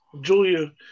Julia